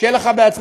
שיהיה לך בהצלחה,